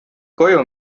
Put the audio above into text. koju